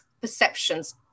perceptions